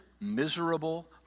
miserable